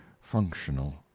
functional